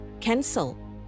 cancel